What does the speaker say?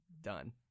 done